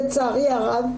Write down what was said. לצערי הרב,